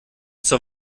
zur